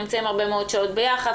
נמצאים הרבה מאוד שעות ביחד,